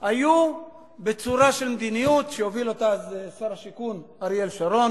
היו בצורה של מדיניות שהוביל אותה אז שר השיכון אריאל שרון